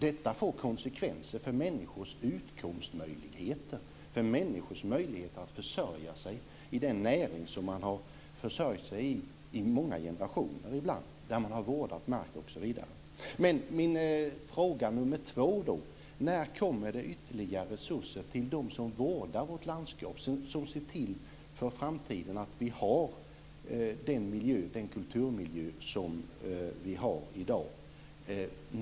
Detta får konsekvenser för människors utkomstmöjligheter och för människors möjligheter att försörja sig i den näring som ibland många generationer har försörjt sig i. Man har vårdat mark osv. När kommer ytterligare resurser till dem som vårdar vårt landskap och som ser till att vi kan ha den kulturmiljö som vi har i dag i framtiden?